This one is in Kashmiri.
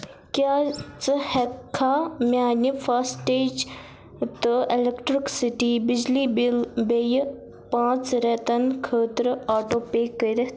کیٛاہ ژٕ ہیٚکہٕ کھا میانہِ فاسٹ ٹیج تہٕ اِلیٚکٹرکسٹی بِجلی بِل بیٚیہِ پانژھ رٮ۪تن خٲطرٕ آٹو پے کٔرِتھ؟